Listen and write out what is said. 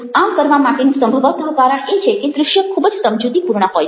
આમ કરવા માટેનું સંભવત કારણ એ છે કે દ્રશ્ય ખૂબ જ સમજૂતીપૂર્ણ હોય છે